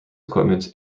equipment